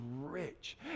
rich